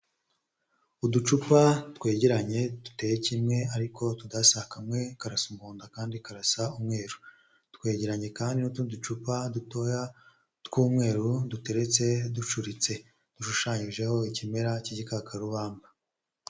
Uducupa twegeranye duteye kimwe ariko tudasa, kamwe karasa umuhonda akandi karasa umweru. Twegeranye kandi n'utundi ducupa dutoya tw'umweru duteretse ducuritse, dushushanyijeho ikimera cy'igikakarubamba.